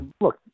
Look